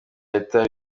leta